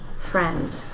friend